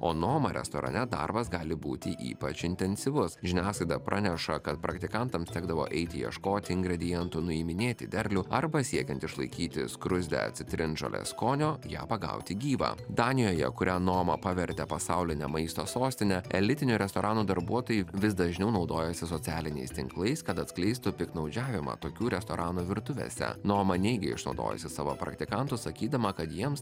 o noma restorane darbas gali būti ypač intensyvus žiniasklaida praneša kad praktikantams tekdavo eiti ieškoti ingredientų nuiminėti derlių arba siekiant išlaikyti skruzdę citrinžolės skonio ją pagauti gyvą danijoje kurią noma pavertė pasauline maisto sostine elitinio restorano darbuotojai vis dažniau naudojosi socialiniais tinklais kad atskleistų piktnaudžiavimą tokių restoranų virtuvėse noma neigė išnaudojusi savo praktikantus sakydama kad jiems